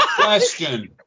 Question